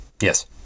yes